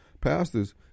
pastors